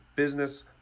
business